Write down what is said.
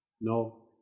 No